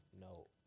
No